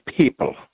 people